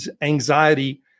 anxiety